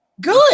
Good